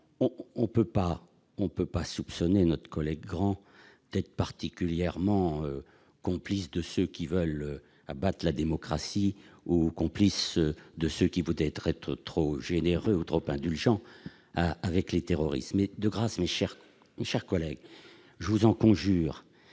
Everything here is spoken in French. On ne peut pas soupçonner Jean-Pierre Grand d'être le complice de ceux qui veulent abattre la démocratie ou de ceux qui voudraient être trop généreux ou trop indulgents avec les terroristes. Mais, de grâce, mes chers collègues, nous sommes